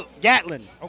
Gatlin